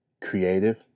creative